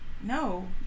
no